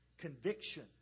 conviction